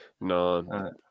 no